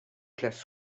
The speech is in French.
classe